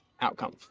outcome